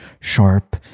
sharp